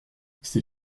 ses